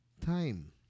time